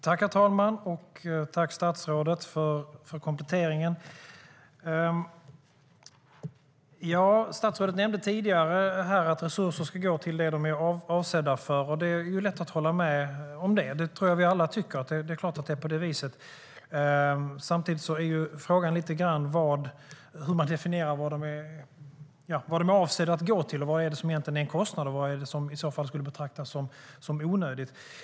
Herr talman! Tack, statsrådet, för kompletteringen! Statsrådet nämnde tidigare att resurser ska gå till det som de är avsedda för. Det är lätt att hålla med om det. Det tror jag att vi alla tycker. Det är klart att det är på det viset. Samtidigt är frågan lite grann hur man definierar vad de är avsedda att gå till. Och vad är det som egentligen är en kostnad? Och vad är det som i så fall skulle betraktas som onödigt?